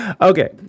Okay